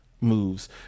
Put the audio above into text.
moves